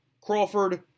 Crawford